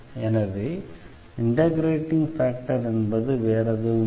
எனவே integrating factor என்பது வேறெதுவுமில்லை